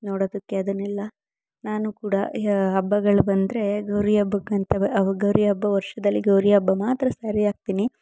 ನೋಡೋದಕ್ಕೆ ಅದನ್ನೆಲ್ಲ ನಾನು ಕೂಡ ಈಗ ಹಬ್ಬಗಳು ಬಂದರೆ ಗೌರಿ ಹಬ್ಬಕಂತೂ ಗೌರಿ ಹಬ್ಬ ವರ್ಷದಲ್ಲಿ ಗೌರಿ ಹಬ್ಬ ಮಾತ್ರ ಸ್ಯಾರಿ ಹಾಕ್ತೀನಿ